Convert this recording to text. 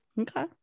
okay